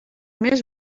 més